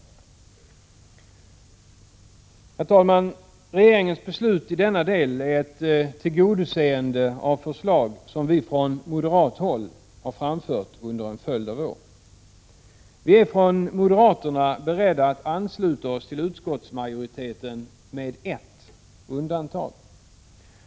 Herr talman! Regeringens beslut i denna del innebär ett tillgodoseende av förslag som vi från moderat håll framfört under en följd av år. Vi moderater är beredda att ansluta oss till utskottsmajoriteten, dock med ett undantag.